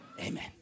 Amen